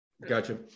Gotcha